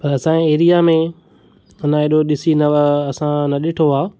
पर असांजी एरिया में मना हेॾो ॾिसी असां न ॾिठो आहे